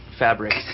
fabrics